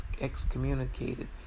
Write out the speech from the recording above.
excommunicated